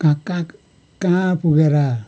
कहाँ कहाँ कहाँ पुगेर